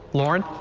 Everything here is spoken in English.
lauren.